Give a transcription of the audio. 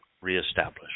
reestablished